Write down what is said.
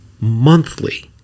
monthly